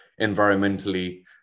environmentally